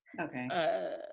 Okay